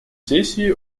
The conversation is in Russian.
сессии